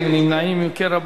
מי נגד?